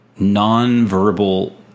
nonverbal